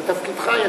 זה תפקידך,